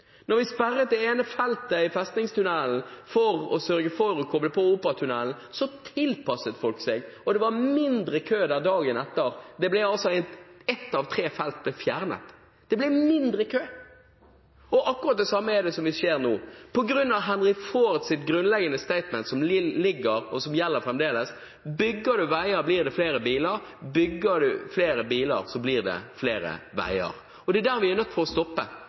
Når en får en innsnevring i mengden, tilpasser folk seg. Da vi sperret det ene feltet i Festningstunnelen for å koble på i Operatunnelen, tilpasset folk seg. Det var mindre kø der dagen etter. Et av tre felt ble fjernet. Det ble mindre kø. Akkurat det samme vil skje nå – på grunn av Henry Fords grunnleggende statement, som foreligger, og som gjelder fremdeles: Bygger en veier, blir det flere biler. Bygger en flere biler, blir det flere veier. Det er der vi er nødt til å stoppe.